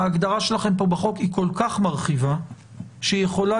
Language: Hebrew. ההגדרה שלכם כאן בחוק היא כל כך מרחיבה שהיא יכולה